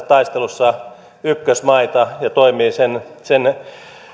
taistelussa ykkösmaita ja toimii